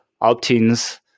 opt-ins